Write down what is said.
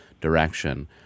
Direction